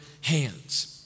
hands